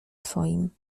twoim